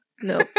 No